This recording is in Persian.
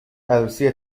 عروسی